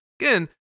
Again